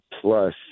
plus